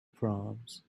proms